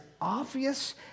obvious